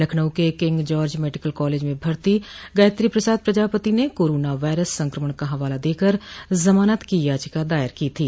लखनऊ के King George Medical College में भर्ती गायत्री प्रसाद प्रजापति ने कोरोना वायरस संक्रमण का हवाला देकर जमानत की याचिका दायर की थी